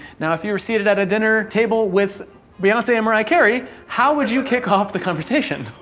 now, if you were seated at a dinner table with beyonce and mariah carey, how would you kick off the conversation?